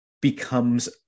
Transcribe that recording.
becomes